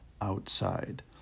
outside